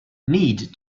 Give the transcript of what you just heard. need